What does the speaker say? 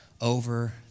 over